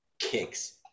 Kicks